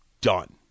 done